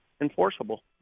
Enforceable